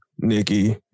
Nikki